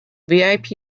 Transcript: vip